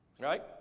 Right